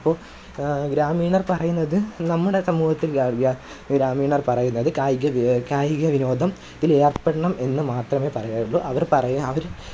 അപ്പോൾ ഗ്രാമീണർ പറയുന്നത് നമ്മുടെ സമൂഹത്തിൽ വ്യാ വ്യാ ഗ്രാമീണർ പറയുന്നത് കായിക കായികവിനോദത്തിൽ ഏർപ്പെടണം എന്ന് മാത്രമേ പറയാറുള്ളൂ അവർ പറയുക അവർ